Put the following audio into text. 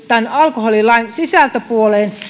tämän alkoholilain sisältöpuoleen